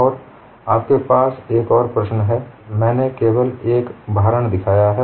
और आपके पास एक और प्रश्न है मैंने केवल एक भारण दिखाया है